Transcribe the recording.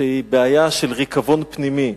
שהיא בעיה של ריקבון פנימי,